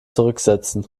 zurücksetzen